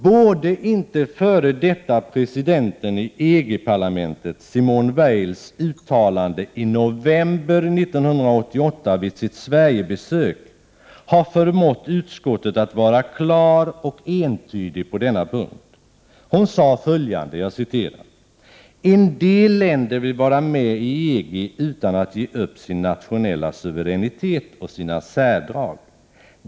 Borde inte f.d. presidenten i EG-parlamentet Simone Veils uttalande i november 1988 vid sitt Sverigebesök ha förmått utskottet att vara klart och entydigt på denna punkt. Hon sade följande: ”En del länder vill vara med i EG utan att ge upp sin nationella suveränitet och sina särdrag.